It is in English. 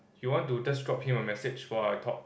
you want to just drop him a message while I talk